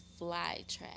flytrap